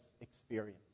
experience